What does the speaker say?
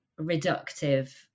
reductive